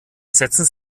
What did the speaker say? setzten